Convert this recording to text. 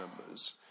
members